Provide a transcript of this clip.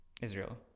Israel